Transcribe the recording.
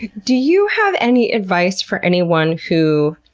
do you have any advice for anyone who